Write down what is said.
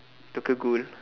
Tokyo-Ghoul